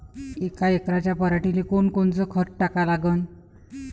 यका एकराच्या पराटीले कोनकोनचं खत टाका लागन?